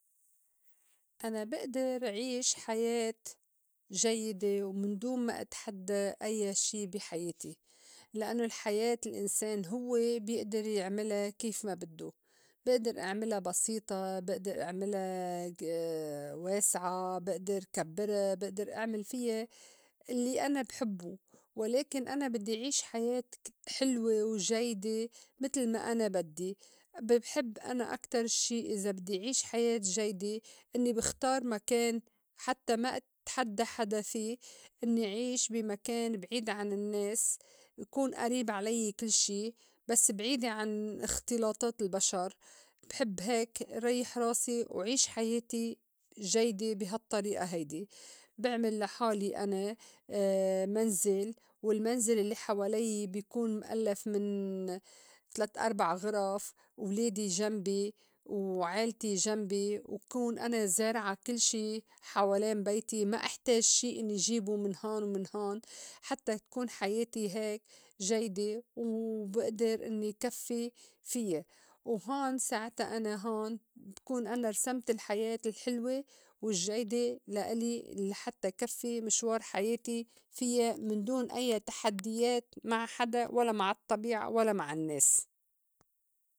أنا بقدر عيش حياة جيّدة ومن دون ما اتحدّى أيّا شي بي حياتي لإنّو الحياة الإنسان هوّ بيقدر يعملها كيف ما بدّو، بيقدر اعملها بسيطة، بقدر اعملها واسعة، بقدر كبّرا، بقدر أعمل فيّا الّي أنا بحبّو. ولكن أنا بدّي عيش حياة حلوة وجيدة متل ما أنا بدّي ب- بحب أنا أكتر شي إذا بدّي عيش حياة جيدة إنّي بختار مكان حتّى ما اتحدّى حدا في إنّي عيش بي مكان بعيد عن النّاس يكون قريب علي كل شي بس بعيدة عن اختلاطات البشر. بحب هيك ريّح راسي وعيش حياتي جيدة بي هالطريقة هيدي. بعمل لحالي أنا منزل والمنزل اللي حوالي بي كون مألّف من تلات أربع غِرَف، وليدي جمبي، وعيلتي جمبي، وكون أنا زارعة كل شي حوالين بيتي ما احتاج شي إنّي جيبه من هون و من هون حتّى تكون حياتي هيك جيدة. وبقدر إنّي كفّي فيا وهون ساعتا أنا هون بكون أنا رسَمْت الحياة الحلوة والجّيدة لا إلي لحتّى كفّي مشوار حياتي فيّا من دون أيّا تحدّيات مع حدا ولا مع الطّبيعة ولا مع النّاس.